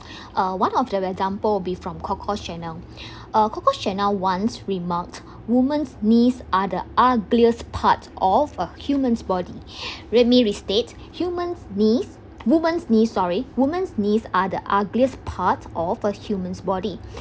uh one of the example will be from coco chanel coco chanel once remarked women's knees are the ugliest part of a human's body let me restate humans knees women's knee sorry women's knee are the ugliest part of a human's body